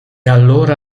allora